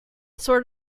sort